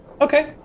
okay